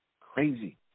Crazy